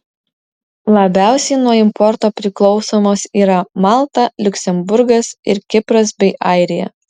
labiausiai nuo importo priklausomos yra malta liuksemburgas ir kipras bei airija